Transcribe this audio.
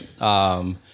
Right